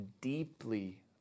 deeply